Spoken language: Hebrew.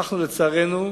אנו, לצערנו,